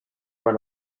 run